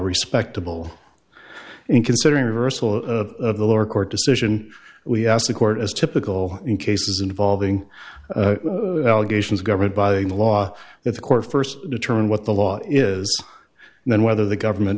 respectable and considering reversal of the lower court decision we ask the court is typical in cases involving allegations governed by a law that the court first determine what the law is and then whether the government